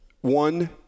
One